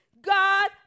God